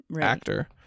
actor